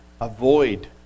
avoid